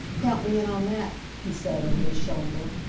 count me in on that, he said, over his shoulder.